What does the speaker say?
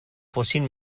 fossin